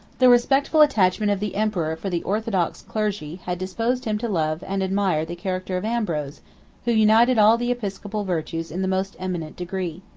the respectful attachment of the emperor for the orthodox clergy, had disposed him to love and admire the character of ambrose who united all the episcopal virtues in the most eminent degree.